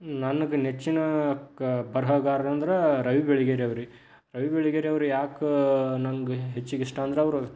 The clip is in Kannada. ನನಗೆ ನೆಚ್ಚಿನ ಕ ಬರ್ಹಗಾರರಂದ್ರೆ ರವಿ ಬೆಳಗೆರೆೆಯವ್ರು ರೀ ರವಿ ಬೆಳಿಗೆರೆಯವ್ರು ಯಾಕೆ ನಂಗೆ ಹೆಚ್ಚಿಗೆ ಇಷ್ಟ ಅಂದರೆ ಅವರು